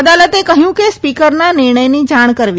અદાલતે કહ્યું કે સ્પીકરના નિર્ણયની જાણ કરવી